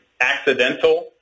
accidental